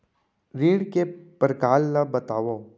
ऋण के परकार ल बतावव?